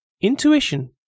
Intuition